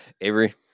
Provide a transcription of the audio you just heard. Avery